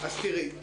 אנחנו, כאמור,